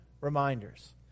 reminders